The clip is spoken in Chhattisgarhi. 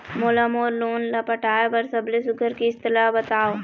मोला मोर लोन ला पटाए बर सबले सुघ्घर किस्त ला बताव?